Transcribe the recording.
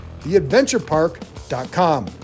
theadventurepark.com